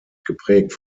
geprägt